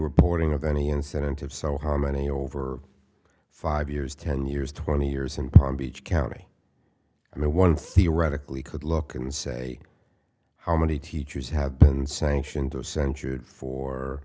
reporting of any incentive so how many over five years ten years twenty years and probably beach county and no one theoretically could look and say how many teachers have been sanctioned or censured for